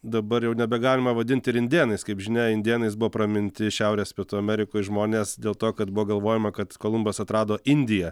dabar jau nebegalima vadint ir indėnais kaip žinia indėnais buvo praminti šiaurės pietų amerikoj žmonės dėl to kad buvo galvojama kad kolumbas atrado indiją